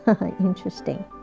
Interesting